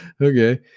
Okay